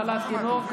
מחלת תינוק),